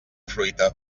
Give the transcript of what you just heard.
fruita